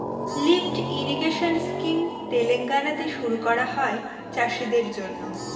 lift irrigation scheme তেলেঙ্গানাতে শুরু করা হয় চাষীদের জন্য